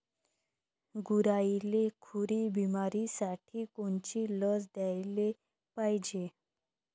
गुरांइले खुरी बिमारीसाठी कोनची लस द्याले पायजे?